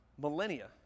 millennia